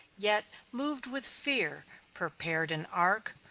yet, moved with fear, prepared an ark,